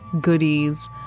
goodies